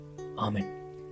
Amen